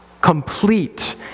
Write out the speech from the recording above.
complete